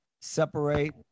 separate